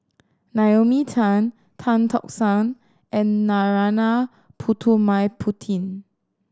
Naomi Tan Tan Tock San and Narana Putumaippittan